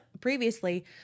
previously